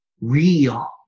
real